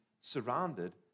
surrounded